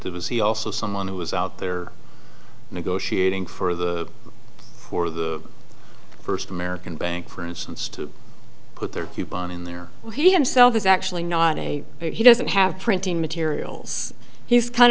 that was he also someone who was out there negotiating for the for the first american bank for instance to put their coupon in there he himself is actually not a he doesn't have printing materials he's kind